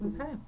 okay